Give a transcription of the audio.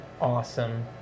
awesome